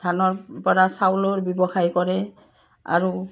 ধানৰপৰা চাউলৰ ব্যৱসায় কৰে আৰু